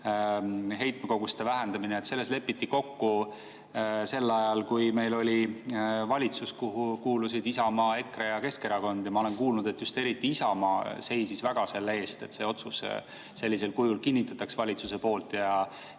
heitmekoguste vähendamine lepiti kokku sel ajal, kui meil oli valitsus, kuhu kuulusid Isamaa, EKRE ja Keskerakond, ja ma olen kuulnud, et just eriti Isamaa seisis selle eest, et see otsus sellisel kujul kinnitataks valitsuse poolt, ja